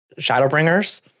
Shadowbringers